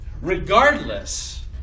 Regardless